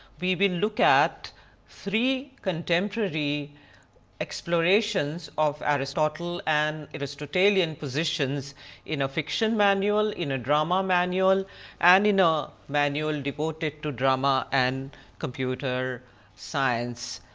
we will look at three contemporary explorations of aristotle and aristotelian positions in a fiction manual, in a drama manual and in a manual devoted to drama and computer science.